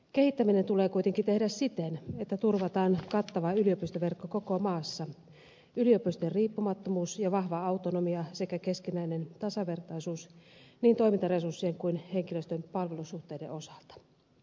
kehittäminen tulee kuitenkin tehdä siten että turvataan kattava yliopistoverkko koko maassa yliopistojen riippumattomuus ja vahva autonomia sekä keskinäinen tasavertaisuus niin toimintaresurssien kuin henkilöstön palvelussuhteiden osalta